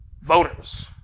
voters